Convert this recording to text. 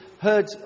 heard